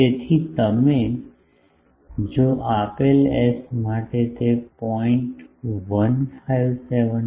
તેથી જો તમે આપેલ s માટે તે 0